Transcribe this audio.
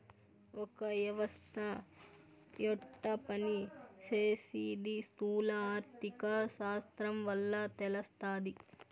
ఒక యవస్త యెట్ట పని సేసీది స్థూల ఆర్థిక శాస్త్రం వల్ల తెలస్తాది